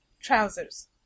Trousers